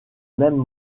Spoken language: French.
mêmes